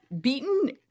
beaten